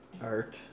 art